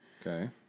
Okay